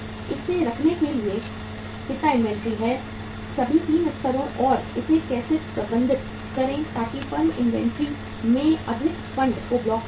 इसे रखने के लिए कितना इन्वेंट्री है सभी 3 स्तरों और इसे कैसे प्रबंधित करें ताकि फर्म इन्वेंट्री में अधिक फंड को ब्लॉक न करें